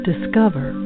Discover